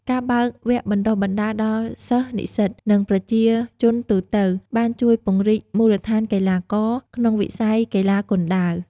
ការបើកវគ្គបណ្តុះបណ្តាលដល់សិស្ស-និស្សិត និងប្រជាជនទូទៅ បានជួយពង្រីកមូលដ្ឋានកីឡាករ ក្នុងវិស័យកីឡាគុនដាវ។